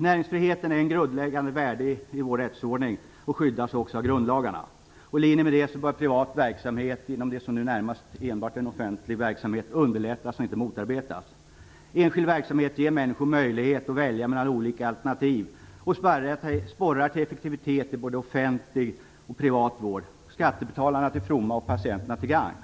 Näringsfriheten är av grundläggande värde för vår rättsordning och den skyddas av grundlagarna. I linje med det bör privat verksamhet inom det som nu närmast enbart är offentlig verksamhet underlättas, inte motarbetas. Enskild verksamhet ger människor möjlighet att välja mellan olika alternativ och sporrar till effektivitet i både offentlig och privat vård - skattebetalarna till fromma och patienterna till gagn.